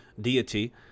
deity